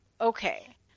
Okay